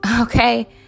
okay